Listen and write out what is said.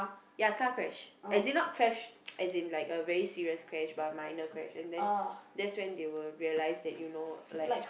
ya car crash as in not crash as in like a very serious crash but a minor crash and then that's when they will realise that you know like